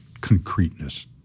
concreteness